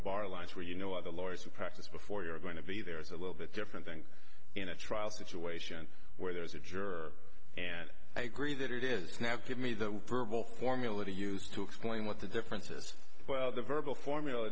a bar lines where you know are the lawyers who practice before you're going to be there is a little bit different thing in a trial situation where there's a juror and i agree that it is now give me the verbal formula to use to explain what the differences well the verbal formula